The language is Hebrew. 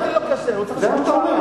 לא אמרתי "לא כשיר".